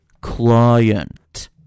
client